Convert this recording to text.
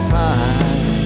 time